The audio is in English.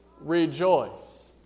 rejoice